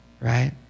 right